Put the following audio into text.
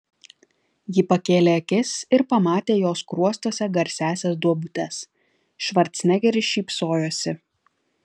ji pakėlė akis ir pamatė jo skruostuose garsiąsias duobutes švarcnegeris šypsojosi